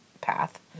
path